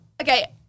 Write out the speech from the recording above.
Okay